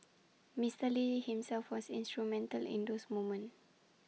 Mister lee himself was instrumental in those moments